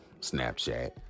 Snapchat